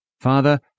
Father